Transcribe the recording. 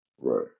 Right